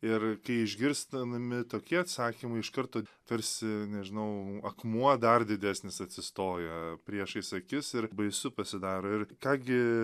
ir išgirstami tokie atsakymai iš karto tarsi nežinau akmuo dar didesnis atsistoja priešais akis ir baisu pasidaro ir ką gi